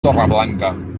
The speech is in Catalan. torreblanca